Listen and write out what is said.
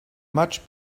much